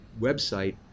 website